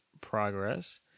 progress